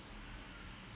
but